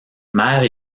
mère